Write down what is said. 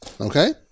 okay